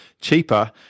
cheaper